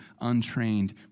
untrained